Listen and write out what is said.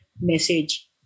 message